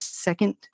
second